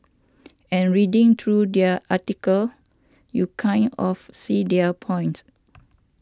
and reading through their article you kind of see their point